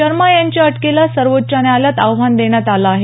शर्मा यांच्या अटकेला सर्वोच्च न्यायालयात आव्हान देण्यात आलं आहे